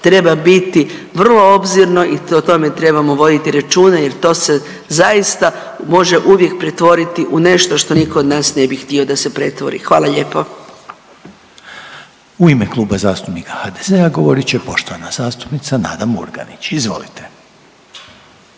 treba biti vrlo obzirno i o tome trebamo voditi računa jer to se zaista može uvijek pretvoriti u nešto što niko od nas ne bi htio da se pretvori, hvala lijepo. **Reiner, Željko (HDZ)** U ime Kluba zastupnika HDZ-a govorit će poštovana zastupnica Nada Murganić, izvolite.